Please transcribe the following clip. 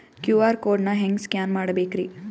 QR code ನಾ ಹೆಂಗ scan ಮಾಡಬೇಕ್ರಿ?